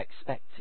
expected